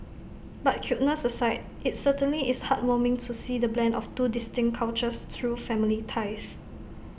but cuteness aside IT certainly is heartwarming to see the blend of two distinct cultures through family ties